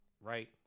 right